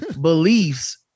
beliefs